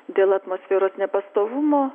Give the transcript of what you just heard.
dėl atmosferos nepastovumo